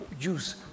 use